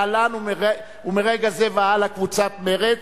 להלן ומרגע זה והלאה קבוצת סיעת מרצ,